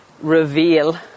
reveal